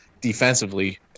defensively